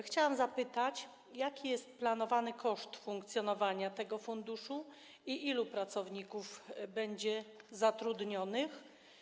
Chciałam zapytać, jaki jest planowany koszt funkcjonowania tego funduszu i ilu pracowników będzie zatrudnionych.